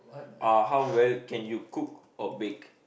uh how well can you cook or bake